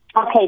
Okay